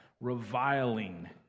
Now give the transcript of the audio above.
reviling